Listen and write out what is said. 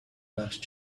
last